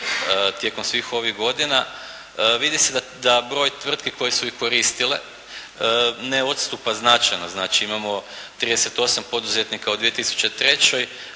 tijekom svih ovih godina vidi se da broj tvrtki koje su i koristile ne odstupa značajno. Znači, imamo 38 poduzetnika u 2003.,